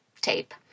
tape